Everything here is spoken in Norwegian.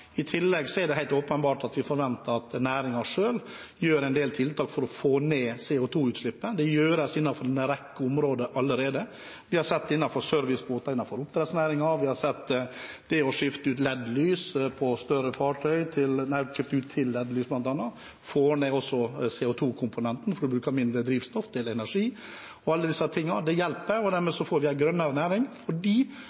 I tillegg er det helt åpenbart at vi forventer at næringen selv gjør en del tiltak for å få ned CO 2 -utslippet. Det gjøres innenfor en rekke områder allerede. Vi har sett det innenfor servicebåter og i oppdrettsnæringen, og det å skifte til ledlys på større fartøy får også ned CO 2 -komponenten fordi en bruker mindre drivstoff til energi. Alle disse tingene hjelper. Dermed får vi en grønnere næring, forbrukerne kommer til å kreve det.